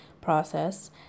process